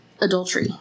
adultery